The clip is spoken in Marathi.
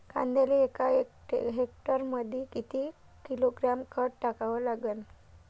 कांद्याले एका हेक्टरमंदी किती किलोग्रॅम खत टाकावं लागन?